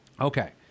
okay